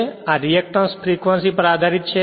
પરંતુ આ reactance frequency પર આધારીત છે